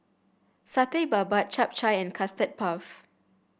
Satay Babat Chap Chai and Custard Puff